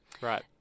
Right